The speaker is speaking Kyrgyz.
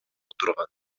отурган